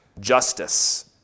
Justice